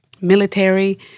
military